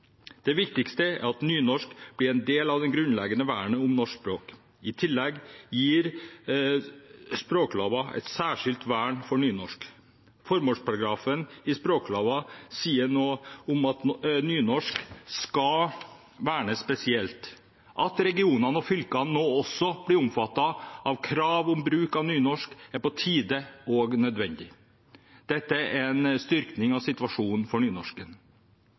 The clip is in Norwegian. Det viktigste er at nynorsk blir en del av det grunnleggende vernet om norsk språk. I tillegg gir språkloven et særskilt vern for nynorsk. Formålsparagrafen i språkloven sier noe om at nynorsk skal vernes spesielt. At regionene og fylkene nå også blir omfattet av krav om bruk av nynorsk, er på tide og nødvendig. Dette er en styrking av situasjonen for nynorsken.